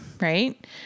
right